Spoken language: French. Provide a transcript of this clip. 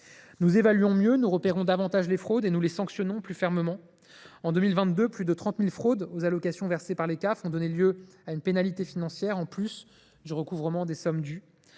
Nous évaluons mieux, nous repérons davantage les fraudes et nous les sanctionnons plus fermement. En 2022, plus de 30 000 fraudes aux allocations versées par les CAF ont donné lieu à une pénalité financière, en plus du recouvrement des sommes dues.